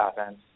offense